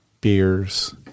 Beers